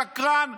שקרן,